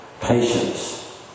patience